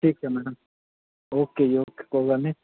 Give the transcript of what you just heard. ਠੀਕ ਹੈ madam okay ਜੀ ਓਕੇ ਕੋਈ ਗੱਲ ਨਹੀਂ